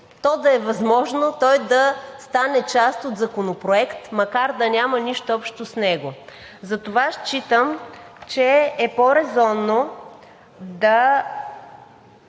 то да е възможно той да стане част от законопроект, макар да няма нищо общо с него. За това считам, че е по-резонно да